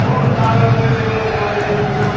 ହଁ ସାର୍ ଅଛନ୍ତି ଜଣେ ଦୁଇ ଜଣ ଚିହ୍ନା